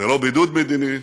ולא בידוד מדיני,